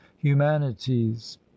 humanities